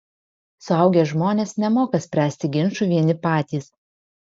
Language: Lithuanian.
suaugę žmonės nemoka spręsti ginčų vieni patys